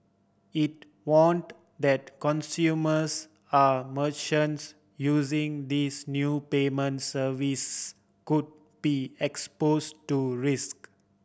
it warned that consumers are merchants using these new payment services could be expose to risk